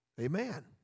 Amen